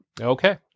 Okay